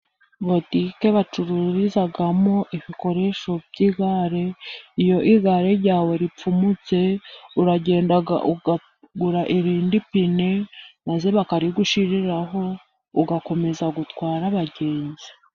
Butike bacururizamo ibikoresho by'igare. Iyo igare ryawe ripfumutse, uragenda ukagura irindi pine, maze bakarigushiriraho ugakomeza gutwara abagenzi.